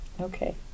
Okay